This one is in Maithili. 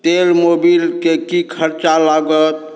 तेल मोबिलके की खरचा लागत